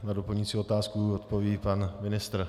Na doplňující otázku odpoví pan ministr.